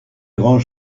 grand